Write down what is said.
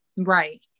right